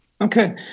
Okay